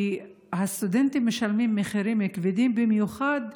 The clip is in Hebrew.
כי הסטודנטים משלמים מחירים כבדים במיוחד.